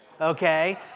okay